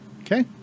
Okay